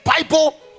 bible